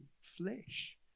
flesh